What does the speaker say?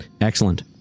excellent